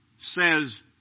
says